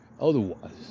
otherwise